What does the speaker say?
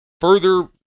further